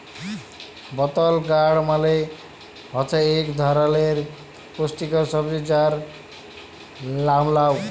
বতল গাড় মালে হছে ইক ধারালের পুস্টিকর সবজি যার লাম লাউ